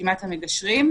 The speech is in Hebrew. רשימת המגשרים.